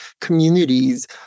communities